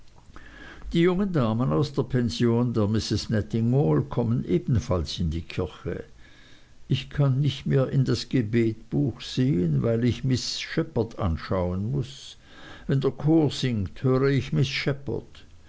die jungen damen aus der pension der misses nettingall kommen ebenfalls in die kirche ich kann nicht mehr in das gebetbuch sehen weil ich miß shepherd anschauen muß wenn der chor singt höre ich miß